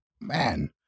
man